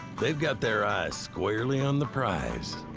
they've got their eyes squarely on the prize.